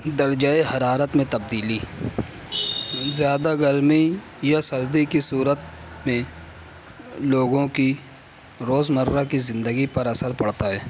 درجۂ حرارت میں تبدیلی زیادہ گرمی یا سردی کی صورت میں لوگوں کی روزمرہ کی زندگی پر اثر پڑتا ہے